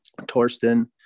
torsten